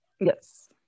yes